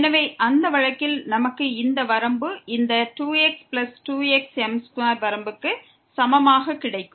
எனவே அந்த வழக்கில் நமக்கு இந்த வரம்பு இந்த 2x2xm2 வரம்புக்கு சமமாக கிடைக்கும்